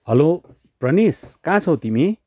hello Pranish कहाँ छोै तिमी